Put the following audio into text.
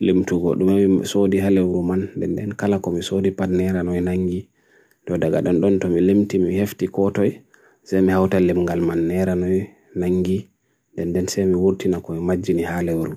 lim tu god. Dmy mi sodi hale uru man, den den kala komi sodi pad nera no yi nangi. Dwa dagadon tomi lim timi hefti koto yi zemi hote lim gal man nera no yi nangi. Den den se mi wurti naku yi magini hale uru.